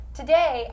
Today